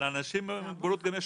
אבל לאנשים עם מוגבלות יש גם הוצאות.